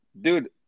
dude